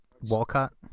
Walcott